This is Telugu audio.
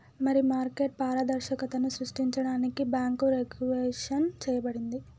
మరి మార్కెట్ పారదర్శకతను సృష్టించడానికి బాంకు రెగ్వులేషన్ చేయబడింది